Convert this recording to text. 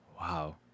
Wow